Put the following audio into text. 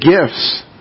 gifts